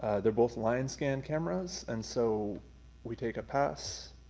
ah they're both line scan cameras, and so we take a pass,